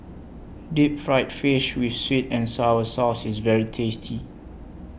Deep Fried Fish with Sweet and Sour Sauce IS very tasty